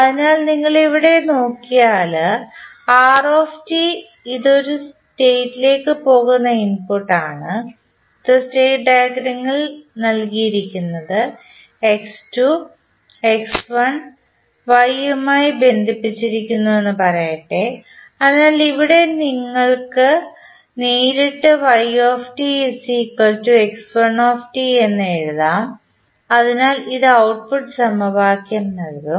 അതിനാൽ നിങ്ങൾ ഇവിടെ നോക്കിയാൽ r ഇത് സ്റ്റേറ്റ്ലേക്ക് പോകുന്ന ഇൻപുട്ടാണ് ഇത് സ്റ്റേറ്റ് ഡയഗ്രാമിൽ നൽകിയിരിക്കുന്ന x1 y യുമായി ബന്ധിപ്പിച്ചിരിക്കുന്നുവെന്ന് പറയട്ടെ അതിനാൽ ഇവിടെ നിന്ന് നിങ്ങൾക്ക് നേരിട്ട് എന്ന് എഴുതാം അതിനാൽ ഇത് ഔട്ട്പുട്ട് സമവാക്യം നൽകും